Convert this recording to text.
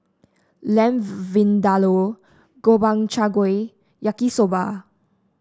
Lamb Vindaloo Gobchang Gui Yaki Soba